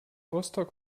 rostock